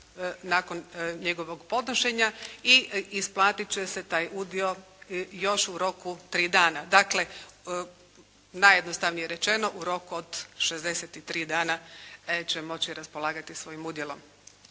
nakon njegovog podnošenja i isplatit će se taj udio još u roku tri dana. Dakle najjednostavnije rečeno u roku od 63 dana će moći raspolagati svojim udjelom.